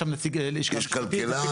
יש שם נציג לשכה משפטית,